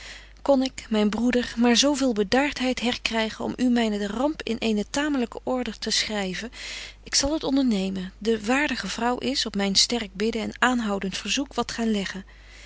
kon ik myn broeder maar zo veel bedaartheid herkrygen om u mynen ramp in eene tamelyke order te schryven ik zal het ondernemen de waardige vrouw is op myn sterk bidden en aanhoudent verzoek wat gaan legbetje